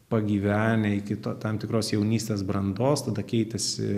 pagyvenę iki to tam tikros jaunystės brandos tada keitėsi